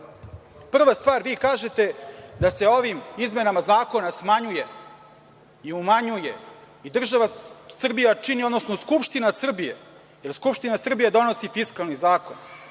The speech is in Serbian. Prva stvar, vi kažete da se ovim izmenama zakona smanjuje i umanjuje i država Srbija čini, odnosno Skupština Srbije, jer Skupština Srbije donosi Fiskalni zakon,